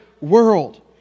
world